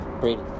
Brady